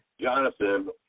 Jonathan